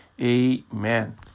Amen